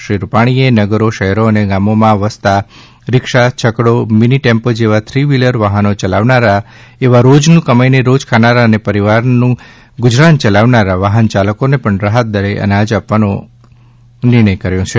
શ્રી વિજયભાઈ રૂપાણીએ નગરો શહેરો અને ગામોમાં વસતા રિક્ષા છકડો મીની ટેમ્પો જેવા થ્રિ વ્હિલર વાહનો ચલાવનારા એવા રોજનું કમાઇને રોજ ખાનારા અને પરિવારનું ગુજરાન ચલાવનારા વાહન ચાલકોને પણ રાહત દરે અનાજનો લાભ આપવામાં આવશે